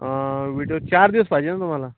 video चार दिवस पाहिजे ना तुम्हाला